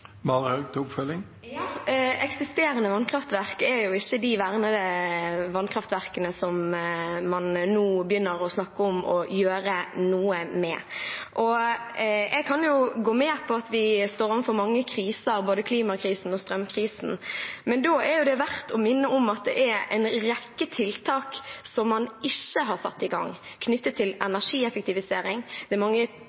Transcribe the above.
Eksisterende vannkraftverk er jo ikke de vernede vassdragene, som man nå begynner å snakke om å gjøre noe med. Jeg kan gå med på at vi står overfor mange kriser, både klimakrisen og strømkrisen, men da er det verdt å minne om at det er en rekke tiltak man ikke har satt i gang knyttet til